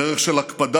דרך של הקפדה